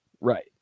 right